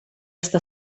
està